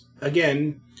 again